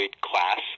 class